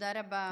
תודה רבה.